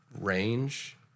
range